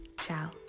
Ciao